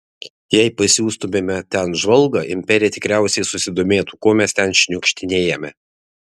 jei pasiųstumėme ten žvalgą imperija tikriausiai susidomėtų ko mes ten šniukštinėjame